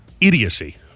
idiocy